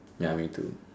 ya me too